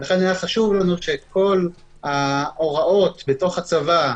לכן היה חשוב לנו שכל ההוראות בתוך הצבא,